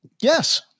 Yes